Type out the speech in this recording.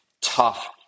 tough